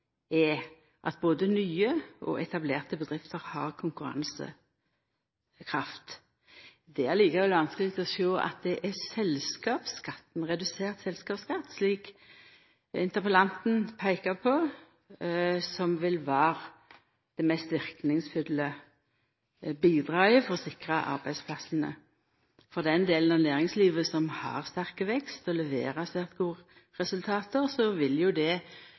er at både nye og etablerte bedrifter har konkurransekraft. Det er likevel vanskeleg å sjå at det er redusert selskapsskatt, slik interpellanten peikar på, som vil vera det mest verknadsfulle bidraget for å sikra arbeidsplassane. For den delen av næringslivet som har sterk vekst og leverer sterke resultat, vil det